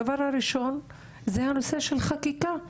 הדבר הראשון זה הנושא של חקיקה.